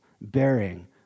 bearing